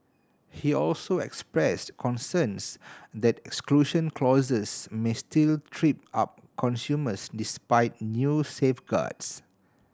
he also expressed concerns that exclusion clauses may still trip up consumers despite new safeguards